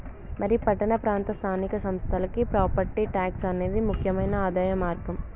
మరి పట్టణ ప్రాంత స్థానిక సంస్థలకి ప్రాపట్టి ట్యాక్స్ అనేది ముక్యమైన ఆదాయ మార్గం